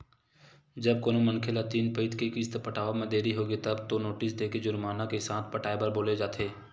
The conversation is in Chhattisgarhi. जब कोनो मनखे ल तीन पइत के किस्त पटावब म देरी होगे तब तो नोटिस देके जुरमाना के साथ पटाए बर बोले जाथे